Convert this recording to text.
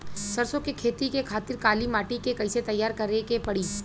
सरसो के खेती के खातिर काली माटी के कैसे तैयार करे के पड़ी?